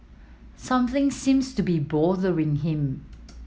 something seems to be bothering him